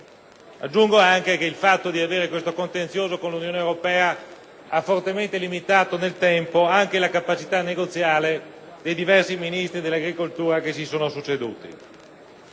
Aggiungo che il fatto di avere questo contenzioso aperto con l'Unione europea ha fortemente limitato nel tempo anche la capacità negoziale dei diversi Ministri dell'agricoltura che si sono succeduti.